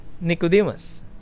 Nicodemus